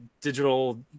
digital